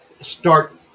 Start